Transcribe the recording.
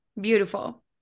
beautiful